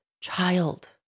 child